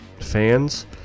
fans